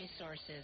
resources